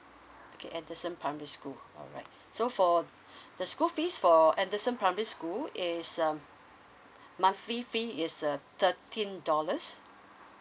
okay anderson primary school alright so for the school fees for anderson primary school is um monthly fee is uh thirteen dollars